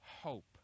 hope